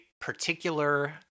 particular